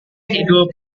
hidup